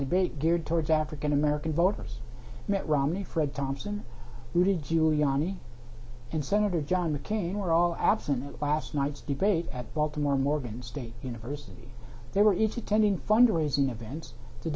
debate geared towards african american voters mitt romney fred thompson rudy giuliani and senator john mccain were all absent last night's debate at baltimore morgan state university they were each attending fund raising events t